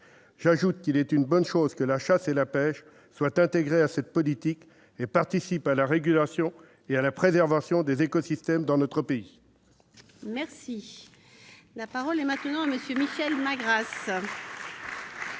J'ajoute qu'il est positif que la chasse et la pêche soient intégrées à cette politique et qu'elles participent à la régulation et à la préservation des écosystèmes dans notre pays. La parole est à M. Michel Magras.